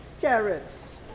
carrots